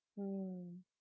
mm